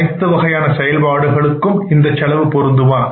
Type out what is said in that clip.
அனைத்து வகையான செயல்பாடுகளும் இந்த செலவு பொருந்துமா